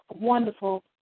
wonderful